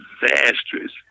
disastrous